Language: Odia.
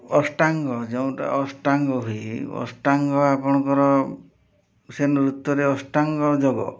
ଅଷ୍ଟାଙ୍ଗ ଯେଉଁଟା ଅଷ୍ଟାଙ୍ଗ ହୁଏ ଅଷ୍ଟାଙ୍ଗ ଆପଣଙ୍କର ସେ ନୃତ୍ୟରେ ଅଷ୍ଟାଙ୍ଗ ଯୋଗ